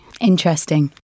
Interesting